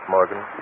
Morgan